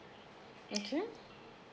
okay